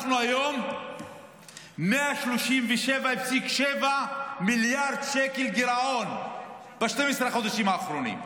היום אנחנו עם 137.7 מיליארד שקל גירעון ב-12 החודשים האחרונים.